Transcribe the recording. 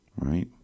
Right